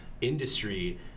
industry